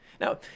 Now